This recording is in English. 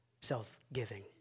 self-giving